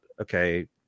okay